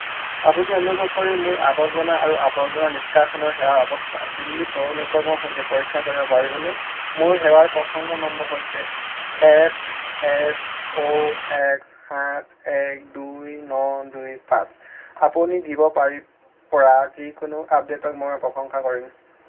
আপুনি অনুগ্ৰহ কৰি মোৰ আৱৰ্জনা আৰু আৱৰ্জনা নিষ্কাশন সেৱাৰ অৱস্থা দিল্লী পৌৰ নিগমৰ সৈতে পৰীক্ষা কৰিব পাৰিবনে মোৰ সেৱাৰ প্ৰসংগ নম্বৰ হৈছে এফ এছ অ' এক্স সাত এক দুই ন দুই পাঁচ আপুনি দিব পাৰি পৰা যিকোনো আপডে'টক মই প্ৰশংসা কৰিম